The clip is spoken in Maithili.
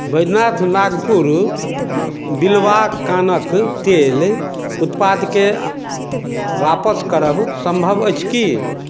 बैद्यनाथ नागपुर बिल्वा कानक तेल उत्पादकेँ वापस करब सम्भव अछि की